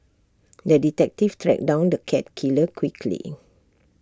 the detective tracked down the cat killer quickly